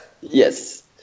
Yes